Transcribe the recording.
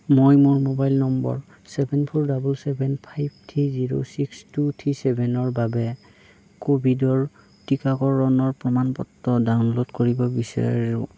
মই মোৰ mobile number seven four double seven five three zero six two three ছেভেনৰ বাবে ক'ভিডৰ টিকাকৰণৰ প্ৰমাণ পত্ৰ ডাউনল'ড কৰিব বিচাৰোঁ